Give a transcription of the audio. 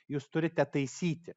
jūs turite taisyti